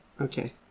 Okay